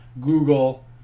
Google